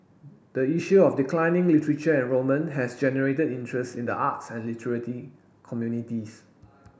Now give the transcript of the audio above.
the issue of declining literature enrolment has generated interest in the arts and literary communities